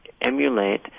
emulate